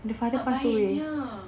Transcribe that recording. tak baiknya